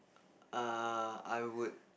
uh I would